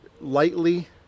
lightly